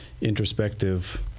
introspective